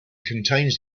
contains